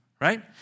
right